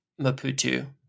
Maputo